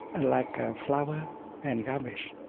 ah like a flower and garbage.